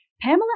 Pamela